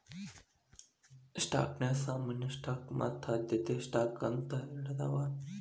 ಸ್ಟಾಕ್ನ್ಯಾಗ ಸಾಮಾನ್ಯ ಸ್ಟಾಕ್ ಮತ್ತ ಆದ್ಯತೆಯ ಸ್ಟಾಕ್ ಅಂತ ಎರಡದಾವ